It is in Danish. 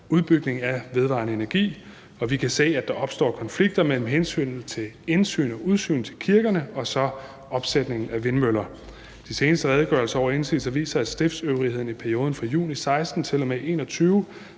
udbygningen af vedvarende energi, og vi kan se, at der opstår konflikter mellem hensynet til indsyn til og udsyn fra kirkerne og opsætningen af vindmøller. De seneste redegørelser over indsigelser viser, at stiftsøvrigheden i perioden fra juni 2016 til og med 2021